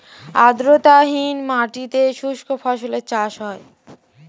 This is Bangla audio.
আর্দ্রতাহীন মাটিতে শুষ্ক ফসলের চাষ হয়